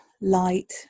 light